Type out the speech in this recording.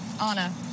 Anna